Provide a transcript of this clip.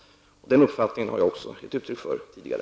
Denna uppfattning har jag också gett uttryck för tidigare.